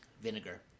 Vinegar